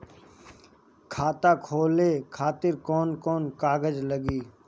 खाता खोले खातिर कौन कौन कागज लागी?